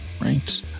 right